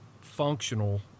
functional